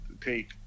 take